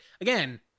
again